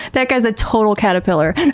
that guy's a total caterpillar.